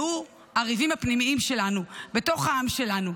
והוא הריבים הפנימיים שלנו בתוך העם שלנו.